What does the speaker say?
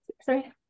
sorry